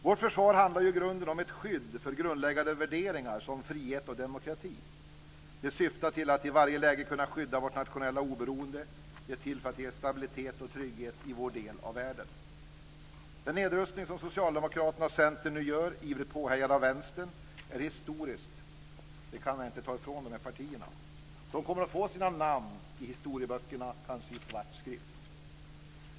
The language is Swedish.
Vårt försvar handlar i grunden om ett skydd för grundläggande värderingar, som frihet och demokrati. Det syftar till att i varje läge kunna skydda vårt nationella oberoende. Det är till för att ge stabilitet och trygghet i vår del av världen. Den nedrustning som Socialdemokraterna och Centern nu gör - ivrigt påhejade av Vänstern - är historisk. Det kan man inte ta ifrån de här partierna. De kommer att få sina namn i historieböckerna, kanske i svart skrift.